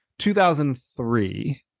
2003